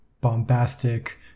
bombastic